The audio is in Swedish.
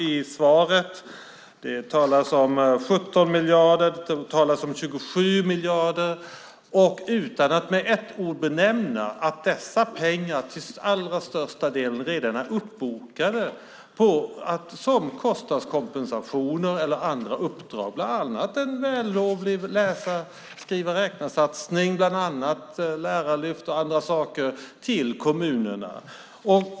I svaret talar man om 17 miljarder och om 27 miljarder, utan att med ett ord nämna att dessa pengar till allra största delen redan är uppbokade som kostnadskompensationer eller andra uppdrag till kommunerna, bland annat en vällovlig läsa-skriva-räkna-satsning, lärarlyft och andra saker.